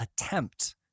attempt